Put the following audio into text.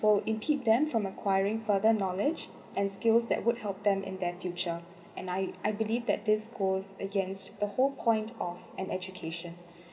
for impede them from acquiring further knowledge and skills that would help them in their future and I I believe that this goes against the whole point of an education